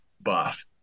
buff